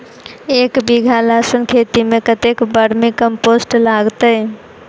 एक बीघा लहसून खेती मे कतेक बर्मी कम्पोस्ट लागतै?